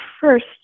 first